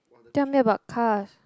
tell me about cars